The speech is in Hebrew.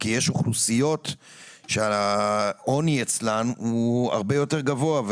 כי יש אוכלוסיות שהעוני אצלן הוא הרבה יותר גבוה.